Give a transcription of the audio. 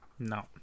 no